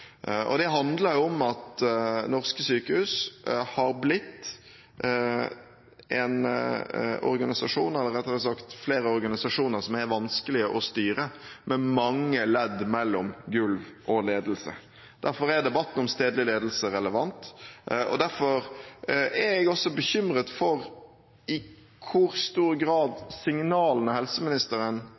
Det handler om at norske sykehus har blitt en organisasjon – eller rettere sagt flere organisasjoner – som er vanskelig å styre, med mange ledd mellom gulv og ledelse. Derfor er debatten om stedlig ledelse relevant, og derfor er jeg også bekymret for i hvor stor grad signalene helseministeren